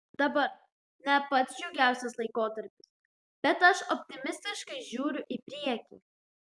dabar ne pats džiugiausias laikotarpis bet aš optimistiškai žiūriu į priekį